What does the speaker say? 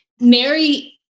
Mary